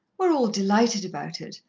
we're all delighted about it,